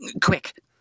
Quick